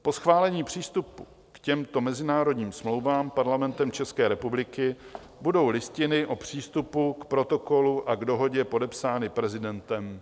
Po schválení přístupu k těmto mezinárodním smlouvám Parlamentem České republiky budou listiny o přístupu k Protokolu a k Dohodě podepsány prezidentem republiky.